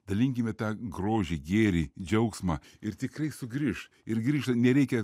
dalinkime tą grožį gėrį džiaugsmą ir tikrai sugrįš ir grįžta nereikia